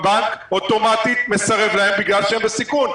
שהבנק אוטומטית מסרב להם בגלל שהם בסיכון.